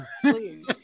Please